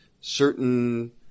certain